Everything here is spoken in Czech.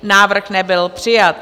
Návrh nebyl přijat.